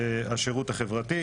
השירות החברתי.